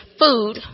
food